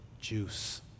juice